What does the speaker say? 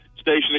station